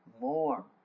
more